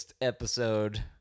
episode